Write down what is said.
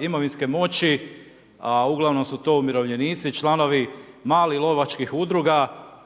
imovinske moći a uglavnom su to umirovljenici članovi malih lovačkih udruga